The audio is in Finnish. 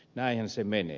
näinhän se menee